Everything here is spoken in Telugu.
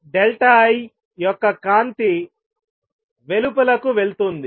II యొక్క కాంతి బయటకు వెళుతుంది